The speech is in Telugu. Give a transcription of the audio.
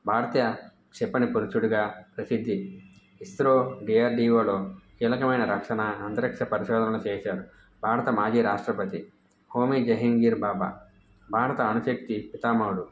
భారతీయ క్షిపణి పురుచుడుగా ప్రసిద్ధి ఇస్రో డీఆర్డీఓలో కీలకమైన రక్షణా అంతరిక్ష పరిశోధనలు చేశారు భారత మాజీ రాష్ట్రపతి హోమి జహంగీర్ బాబా భారత అణుశక్తి పితామహుడు